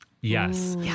Yes